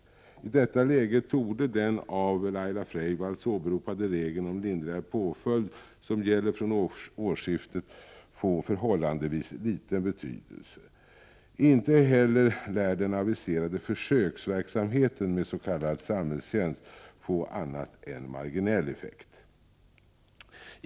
I detta läge torde den av Laila Freivalds åberopade regeln om lindrigare påföljd, som gäller från årsskiftet, få förhållandevis liten betydelse. Inte heller lär den aviserade försöksverksamheten med s.k. samhällstjänst få annat än marginell effekt.